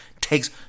takes